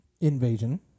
invasion